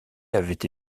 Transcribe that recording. avait